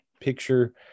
picture